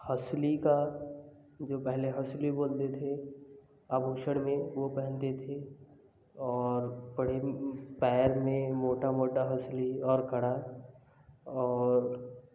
हसली का जो पहले हसली बोलते थे आभूषण में वो पहनते थे और बड़े पैर में मोटा मोटा हसली और कड़ा और